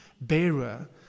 bearer